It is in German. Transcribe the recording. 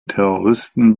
terroristen